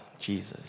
Jesus